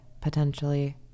potentially